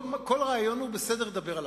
כל רעיון, זה בסדר לדבר עליו.